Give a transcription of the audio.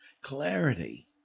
Clarity